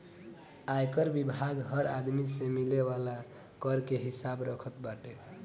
आयकर विभाग हर आदमी से मिले वाला कर के हिसाब रखत बाटे